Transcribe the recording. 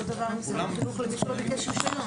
אותו דבר לגבי מי שלא ביקש רישיון.